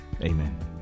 amen